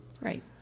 Right